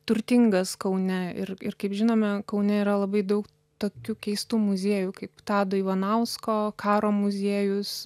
turtingas kaune ir ir kaip žinome kaune yra labai daug tokių keistų muziejų kaip tado ivanausko karo muziejus